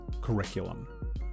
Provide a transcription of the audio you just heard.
curriculum